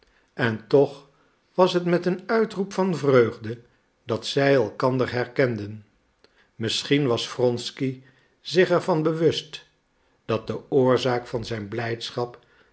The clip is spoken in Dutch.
en toch was het met een uitroep van vreugde dat zij elkander herkenden misschien was wronsky zich er van bewust dat de oorzaak van zijn blijdschap